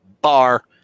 bar